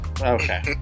Okay